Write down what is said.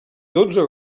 dotze